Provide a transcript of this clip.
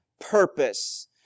purpose